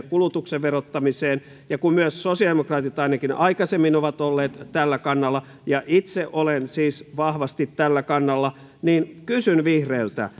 kulutuksen verottamiseen ja kun myös sosialidemokraatit ainakin aikaisemmin ovat olleet tällä kannalla ja itse olen siis vahvasti tällä kannalla niin kysyn vihreiltä